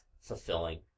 fulfilling